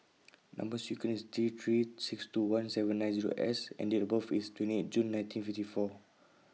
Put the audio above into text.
Number sequence IS T three six two one seven nine S and Date of birth IS twenty eight June nineteen fifty four